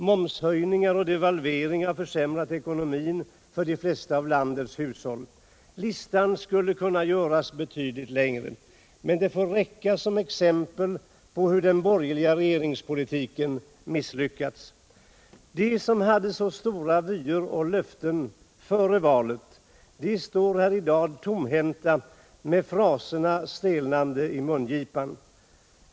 Momshöjningar och devalvering har försämrat ekonomin för de flesta av landets hushåll. Listan skulle kunna göras betydligt längre. Men detta får räcka som exempel på hur den borgerliga regeringspolitiken misslyckats. De som hade så stora vyer och löften — före valet — de står där i dag tomhänta med fraserna stelnande i mungipan.